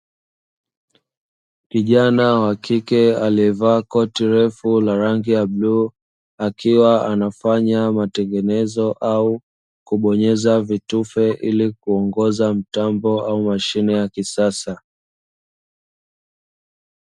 Kijana wa kike aliyevaa koti refu la rangi ya bluu akiwa anafanya matengenezo au kubonyeza vitufe ili kuongoza mtambo au mashine ya kisasa.